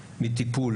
למנוע.